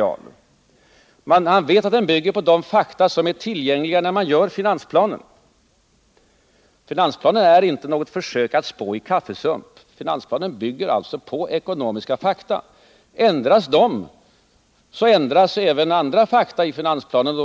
Han vet att finansplanen bygger på de fakta som är tillgängliga när den görs upp. Finansplanen är inte något försök att spå i kaffesump — den bygger på ekonomiska fakta. Ändras dessa fakta, så ändras även andra fakta i finansplanen